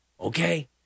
Okay